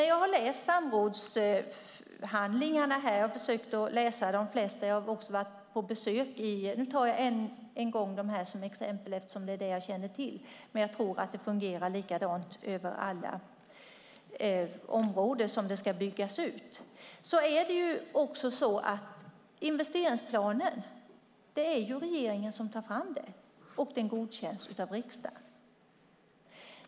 Jag har försökt läsa de flesta samrådshandlingarna, och jag har också varit på besök. Nu tar jag än en gång dessa exempel eftersom det är dem jag känner till, men jag tror att det fungerar likadant för alla områden som ska byggas ut: Det är regeringen som tar fram investeringsplanen, och den godkänns av riksdagen.